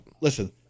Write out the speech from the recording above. Listen